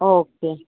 okay